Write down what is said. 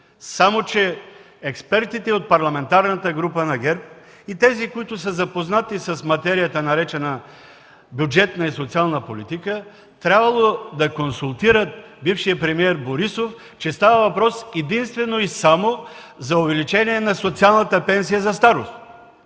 Само че експертите от Парламентарната група на ГЕРБ и тези, които са запознати с материята, наречена „бюджетна и социална политика”, е трябвало да консултират бившия премиер Борисов, че става въпрос единствено и само за увеличение на социалната пенсия за старост.